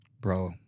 Bro